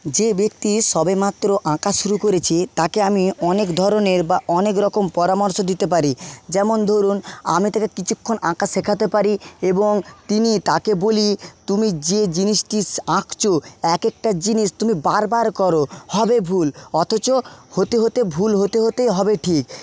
যে ব্যক্তি সবেমাত্র আঁকা শুরু করেছে তাকে আমি অনেক ধরনের বা অনেক রকম পরামর্শ দিতে পারি যেমন ধরুন আমি তাকে কিছুক্ষণ আঁকা শেখাতে পারি এবং তিনি তাকে বলি তুমি যে জিনিসটির আঁকছো এক একটা জিনিস তুমি বারবার করো হবে ভুল অথচ হতে হতে ভুল হতে হতেই হবে ঠিক